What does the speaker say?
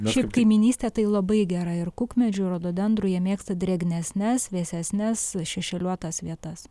šiaip kaimynystė tai labai gera ir kukmedžių rododendrų jie mėgsta drėgnesnes vėsesnes šešėliuotas vietas